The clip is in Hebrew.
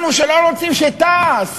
אנחנו, שלא רוצים שתע"ש